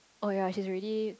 oh yea she is really